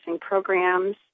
programs